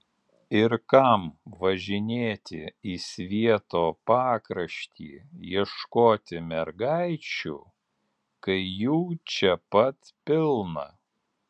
ir kam važinėti į svieto pakraštį ieškoti mergaičių kai jų čia pat pilna